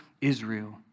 Israel